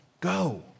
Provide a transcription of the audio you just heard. go